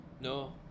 No